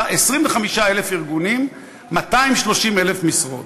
25,000 ארגונים, 230,000 משרות.